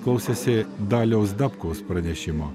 klausėsi daliaus dapkus pranešimo